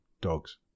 dogs